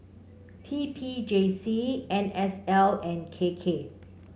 T P J C N S L and K K